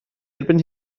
erbyn